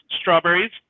strawberries